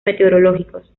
meteorológicos